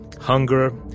hunger